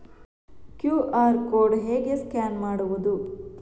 QR code ಹೇಗೆ scan ಮಾಡುವುದು?